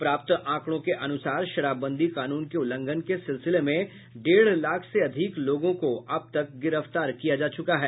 प्राप्त आंकड़ों के अनुसार शराबबंदी कानून के उल्लंघन के सिलसिले में डेढ़ लाख से अधिक लोगों को अब तक गिरफ्तार किया जा चुका है